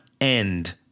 end